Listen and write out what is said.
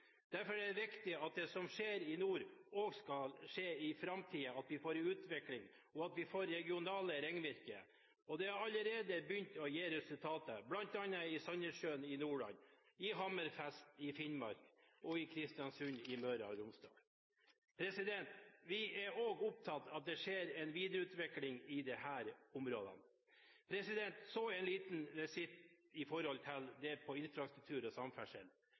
Derfor er det viktig at det som skjer i nord, også skal skje i framtida – at vi får utvikling, og at vi får regionale ringvirkninger. Det har allerede begynt å gi resultater, bl.a. i Sandnessjøen i Nordland, i Hammerfest i Finnmark og i Kristiansund i Møre og Romsdal. Vi er også opptatt av at det skjer videreutvikling i disse områdene. Så en liten visitt til infrastruktur og samferdsel.